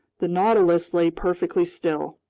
the nautilus lay perfectly still.